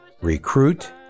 Recruit